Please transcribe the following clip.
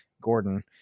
Gordon